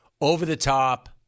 over-the-top